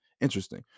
interesting